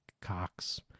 Cox